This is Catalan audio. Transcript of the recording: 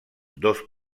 dos